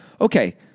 Okay